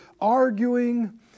Arguing